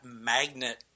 magnet